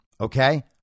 okay